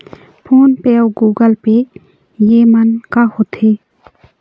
Phone पे अउ Google Pay येमन का होते?